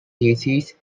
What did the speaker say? thesis